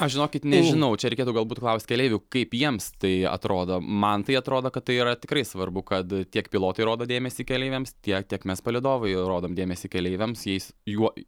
aš žinokit nežinau čia reikėtų galbūt klaust keleivių kaip jiems tai atrodo man tai atrodo kad tai yra tikrai svarbu kad tiek pilotai rodo dėmesį keleiviams tiek tiek mes palydovai rodom dėmesį keleiviams jais juo